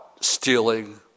stealing